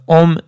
om